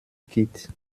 kit